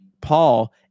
Paul